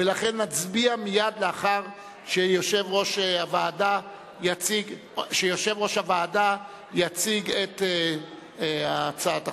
ולכן נצביע מייד לאחר שיושב-ראש הוועדה יציג את הצעת החוק.